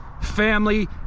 family